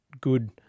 good